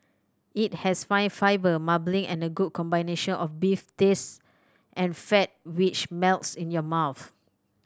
it has fine fibre marbling and a good combination of beef taste and fat which melts in your mouth